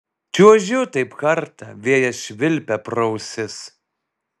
čiuožiu taip kartą vėjas švilpia pro ausis